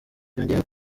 yongeyeho